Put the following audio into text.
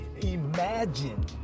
imagine